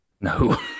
No